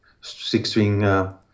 six-string